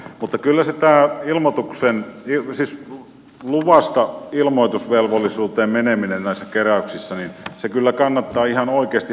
mutta kyllä tämä luvasta ilmoitusvelvollisuuteen meneminen näissä keräyksissä kannattaa ihan oikeasti harkita tarkkaan